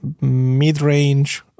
mid-range